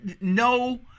no